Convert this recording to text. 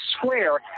square